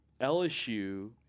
LSU